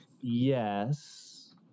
yes